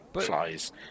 Flies